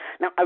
Now